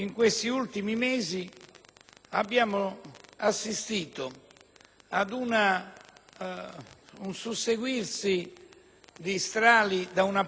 abbiamo assistito ad un susseguirsi di strali da una parte e dall'altra: